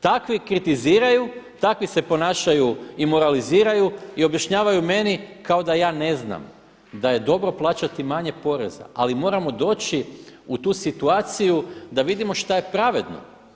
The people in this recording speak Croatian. Takvi kritiziraju, takvi se ponašaju i moraliziraju i objašnjavaju meni kao da ja ne znam da je dobro plaćati manje poreza ali moramo doći u tu situaciju da vidimo šta je pravedno.